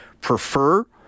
prefer